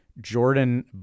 Jordan